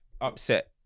upset